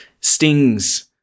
stings